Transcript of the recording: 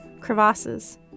crevasses